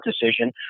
decision